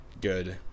good